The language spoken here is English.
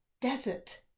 desert